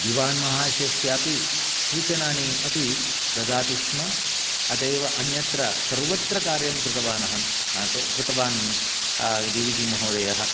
दिवान्महाशयस्यापि सूचनानि अपि ददाति स्म अत एव अन्यत्र सर्वत्र कार्यं कृतवान् अहं कृतवान् डी वी जी महोदयः